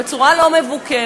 בצורה לא מבוקרת,